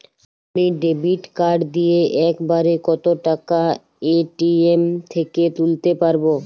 আমি debit card দিয়ে এক বারে কত টাকা এ.টি.এম থেকে তুলতে পারবো?